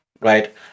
right